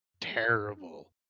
terrible